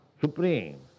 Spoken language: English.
Supreme